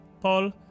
Paul